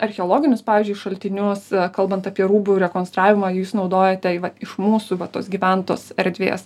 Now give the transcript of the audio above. archeologinius pavyzdžiui šaltinius kalbant apie rūbų rekonstravimą jūs naudojate iš mūsų va tos gyventos erdvės